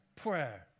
prayer